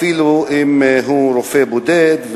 אפילו אם הוא רופא בודד,